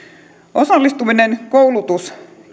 osallistuminen koulutus